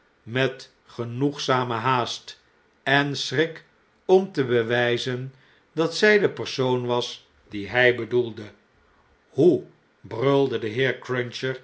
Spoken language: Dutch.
met genoegzame haast en schrik om te bewijzen dat zjj de persoon was die luj bedoelde hoe brulde de heer cruncher